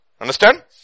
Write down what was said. Understand